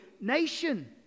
nation